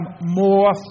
more